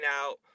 out